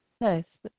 Nice